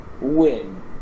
win